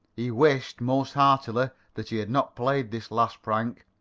he wished, most heartily, that he had not played this last prank.